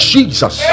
Jesus